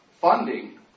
funding